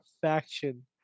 faction